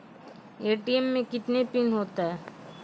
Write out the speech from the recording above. ATM मे कितने pin होता हैं?